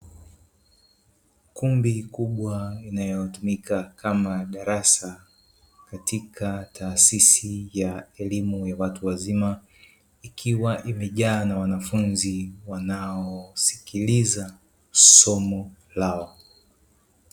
Ukumbi mkubwa unaotumika kama darasa katika taasisi ya elimu ya watu wazima, ikiwa imejaa na wanafunzi wanaosikiliza somo lao.